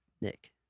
Nick